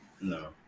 no